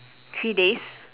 three days